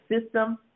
system